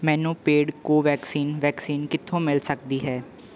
ਮੈਨੂੰ paid Covaxin vaccine ਕਿੱਥੋਂ ਮਿਲ ਸਕਦੀ ਹੈ